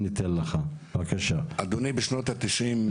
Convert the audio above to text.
אבל הם נצבעו בשנות ה-90.